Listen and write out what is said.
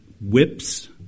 whips